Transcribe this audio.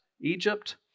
Egypt